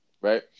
right